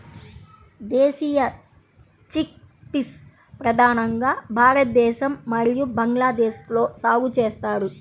దేశీయ చిక్పీస్ ప్రధానంగా భారతదేశం మరియు బంగ్లాదేశ్లో సాగు చేస్తారు